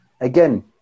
Again